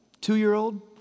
two-year-old